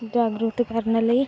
ਜਾਗਰੂਕ ਕਰਨ ਲਈ